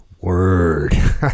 Word